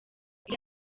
iyo